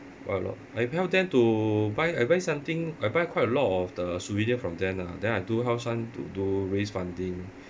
quite a lot I help them to buy I buy something I buy quite a lot of the souvenir from them lah then I do help some to do raise funding